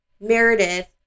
Meredith